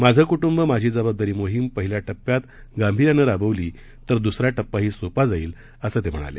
माझे कुटुंब माझी जबाबदारी मोहीम पहिल्या टप्प्यात गांभिर्यानं राबवली तर दुसरा टप्पाही सोपा जाईल असं ते म्हणाले